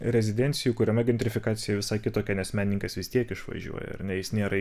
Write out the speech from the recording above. rezidencijų kuriama gentrifikacija visai kitokia nes menininkas vis tiek išvažiuoja ar ne jis nėra